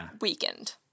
weakened